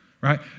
Right